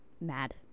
mad